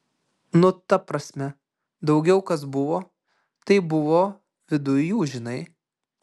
nu ta prasme daugiau kas buvo tai buvo viduj jų žinai